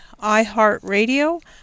iHeartRadio